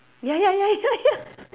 ya ya ya ya ya